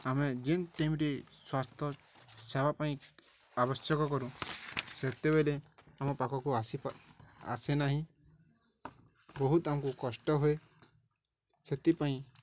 ଆମେ ଯେନ୍ ଟେମ୍ରେ ସ୍ୱାସ୍ଥ୍ୟ ସେବା ପାଇଁ ଆବଶ୍ୟକ କରୁ ସେତେବେଲେ ଆମ ପାଖକୁ ଆସି ପା ଆସେ ନାହିଁ ବହୁତ ଆମକୁ କଷ୍ଟ ହୁଏ ସେଥିପାଇଁ